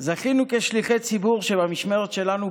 זכינו כשליחי ציבור שבמשמרת שלנו,